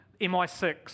MI6